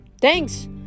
Thanks